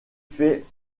fait